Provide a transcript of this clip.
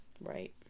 Right